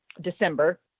December